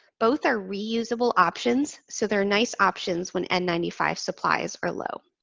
both are reusable options. so, they're nice options when n nine five supplies are low.